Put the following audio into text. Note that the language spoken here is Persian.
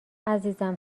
عزیزم